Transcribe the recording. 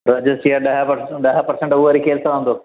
registry जा ॾह percent ॾह पर्सेंट उहे वरी केरु सहंदो